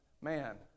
man